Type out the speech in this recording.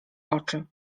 oczy